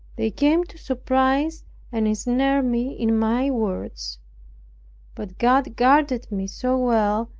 they came to surprise and ensnare me in my words but god guarded me so well,